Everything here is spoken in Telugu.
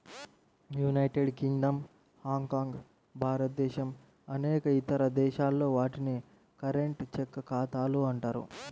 యునైటెడ్ కింగ్డమ్, హాంకాంగ్, భారతదేశం అనేక ఇతర దేశాల్లో, వాటిని కరెంట్, చెక్ ఖాతాలు అంటారు